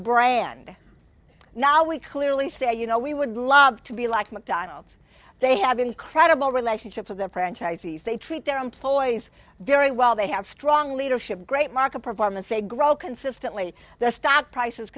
brand now we clearly say you know we would love to be like mcdonald's they have incredible relationships with their franchisees they treat their employees very well they have strong leadership great market performance they grow consistently their stock prices